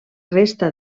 resta